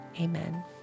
Amen